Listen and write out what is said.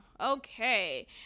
okay